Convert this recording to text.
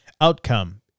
Outcome